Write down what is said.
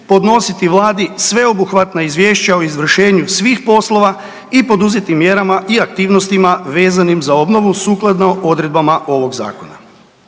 podnositi vladi sveobuhvatna izvješća o izvršenju svih poslova i poduzeti mjerama i aktivnostima vezanim za obnovu sukladno odredbama ovog zakona.